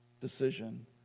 decision